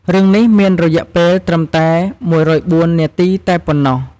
រឿងនេះមានរយៈពេលត្រឹមតែ ១០៤ នាទីតែប៉ុណ្ណោះ។